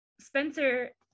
spencer